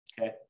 okay